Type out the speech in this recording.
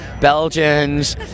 Belgians